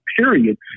period